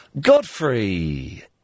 Godfrey